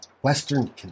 Western